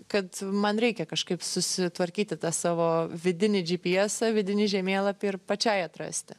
kad man reikia kažkaip susitvarkyti tą savo vidinį džypyesą vidinį žemėlapį ir pačiai atrasti